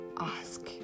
ask